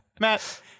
Matt